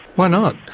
why not?